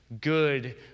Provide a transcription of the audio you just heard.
good